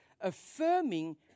Affirming